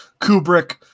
Kubrick